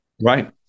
Right